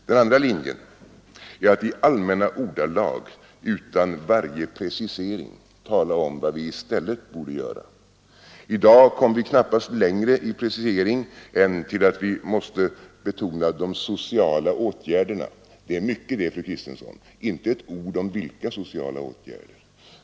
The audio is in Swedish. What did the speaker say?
Den andra linjen är att i allmänna ordalag och utan varje precisering tala om vad vi i stället borde göra. I dag kom fru Sigurdsen knappast längre i precisering än till att vi måste betona de sociala åtgärderna. Det är mycket det, fru Sigurdsen! Inte ett ord om vilka sociala åtgärder som skulle betonas!